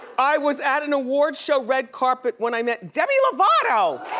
i was at an award show red carpet when i met demi lovato!